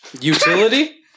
utility